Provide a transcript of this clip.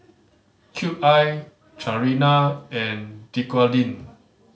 Cube I Chanira and Dequadin